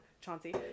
Chauncey